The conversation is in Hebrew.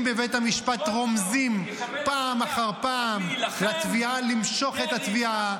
בבית המשפט רומזים פעם אחר פעם למשוך את התביעה,